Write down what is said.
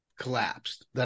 collapsed